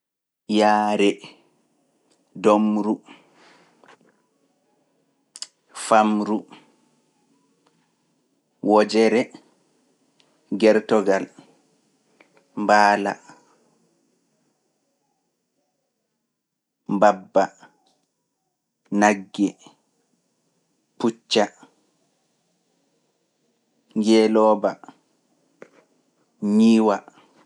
Yaare, domru, famru, wojere, gertogal, mbaala, mbabba, nagge, pucca, ngeelooba, njiiwa.